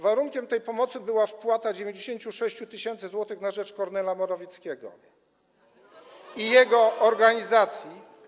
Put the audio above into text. Warunkiem tej pomocy była wpłata 96 tys. zł na rzecz Kornela Morawieckiego i jego organizacji.